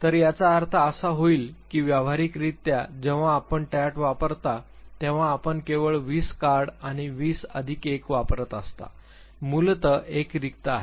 तर याचा अर्थ असा होईल की व्यावहारिकरित्या जेव्हा आपण टॅट वापरता तेव्हा आपण केवळ वीस कार्ड आणि वीस अधिक एक वापरत असता मूलतः एक रिक्त आहे